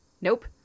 Nope